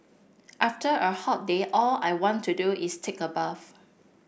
after a hot day all I want to do is take a bath